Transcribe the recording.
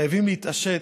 חייבים להתעשת.